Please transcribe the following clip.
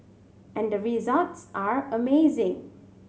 and the results are amazing